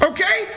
Okay